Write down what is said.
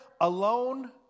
alone